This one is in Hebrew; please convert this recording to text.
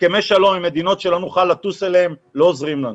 הסכמי שלום עם מדינות שלא נוכל לטוס אליהן לא עוזרים לנו.